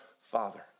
Father